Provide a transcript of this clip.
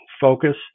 focus